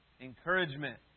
Encouragement